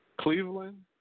Cleveland